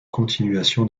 continuation